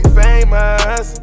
famous